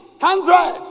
hundred